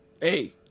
hey